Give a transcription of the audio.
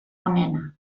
onena